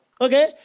Okay